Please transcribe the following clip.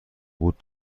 بود